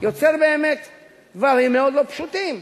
יוצר דברים מאוד לא פשוטים.